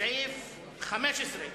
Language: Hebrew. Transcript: סעיף 14,